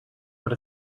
want